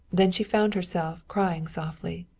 then she found herself crying softly.